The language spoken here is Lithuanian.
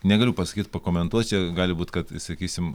negaliu pasakyt pakoment čia gali būt kad sakysim